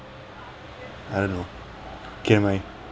I don't know okay never mind